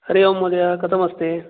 हरिः ओम् महोदय कथं अस्ति